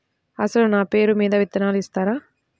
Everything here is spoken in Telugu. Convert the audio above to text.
అసలు నా పేరు మీద విత్తనాలు ఇస్తారా?